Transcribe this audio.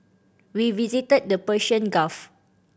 we visited the Persian Gulf